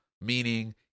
meaning